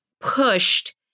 pushed